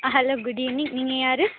ஆ hello good evening நீங்கள் யார்